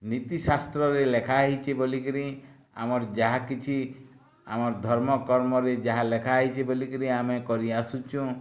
ନୀତିଶାସ୍ତ୍ରରେ ଲେଖା ହେଇଛି ବୋଲିକିରି ଆମର ଯାହା କିଛି ଆମର ଧର୍ମ କର୍ମରେ ଯାହା ଲେଖା ହେଇଛି ବୋଲିକିରି ଆମେ କରି ଆସୁଛୁଁ